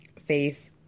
faith